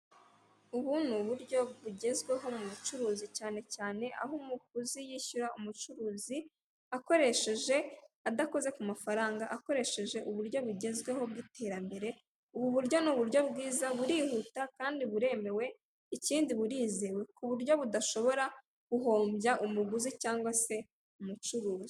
Ubu ni uburyo bugezweho mu bucuruzi cyane cyane aho umuguzi yishyura umucuruzi akoresheje adakoze ku mafaranga akoresheje uburyo bugezweho bw'iterambere. Ubu buryo ni uburyo bwiza burihuta kandi buremewe ikindi burizewe kuburyo budashobora guhombya umuguzi cyangwa se umucuruzi.